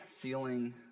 feeling